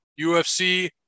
UFC